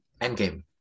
Endgame